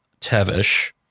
Tevish